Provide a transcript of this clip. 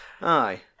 Aye